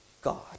God